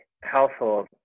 household